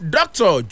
Doctor